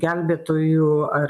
gelbėtojų ar